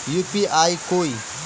UPI कोई